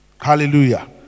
hallelujah